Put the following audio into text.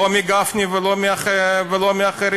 לא מגפני ולא מאחרים.